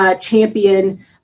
champion